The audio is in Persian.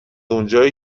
اونجایی